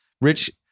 Rich